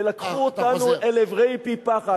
ולקחו אותנו אל עברי פי-פחת.